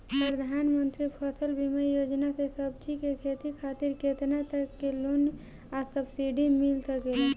प्रधानमंत्री फसल बीमा योजना से सब्जी के खेती खातिर केतना तक के लोन आ सब्सिडी मिल सकेला?